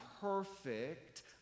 perfect